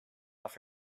off